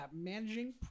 managing